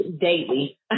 daily